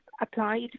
applied